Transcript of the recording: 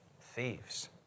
thieves